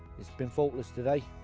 it's been faultless today.